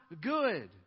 good